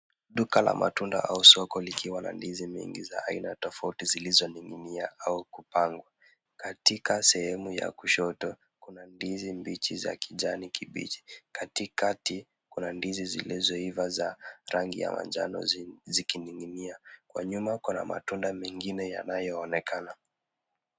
Duka la matunda au soko likiwa na ndizi nyingi za aina tofauti zilizoning'inia au kupangwa katika sehemu ya kushoto, kuna ndizi mbichi za kijani kibichi . Katikati kuna ndizi zilizoiva zikining'inia. Kwa nyuma kuna matunda mengine yanayoonekana.